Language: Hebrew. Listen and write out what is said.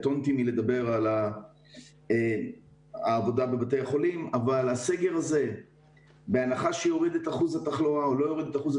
מה אמור לקרות בזמן הקרוב, בהנחה שיהיו אמצעי